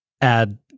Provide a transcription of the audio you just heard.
add